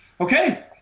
Okay